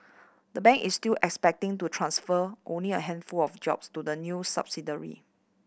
the bank is still expecting to transfer only a handful of jobs to the new subsidiary